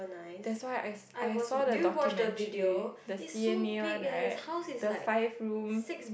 that's why I I saw the documentary the C_N_A one right the five room